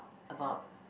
about